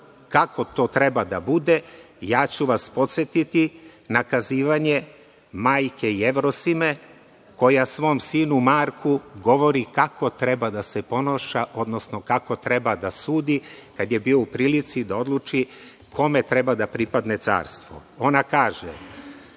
kako to treba da bude, ja ću vas podsetiti na kazivanje majke Jevrosime, koja svom sinu Marku govori kako treba da se ponaša, odnosno kako treba da sudi kada je bio u prilici da odluči kome treba da pripadne carstvo. Ona kaže: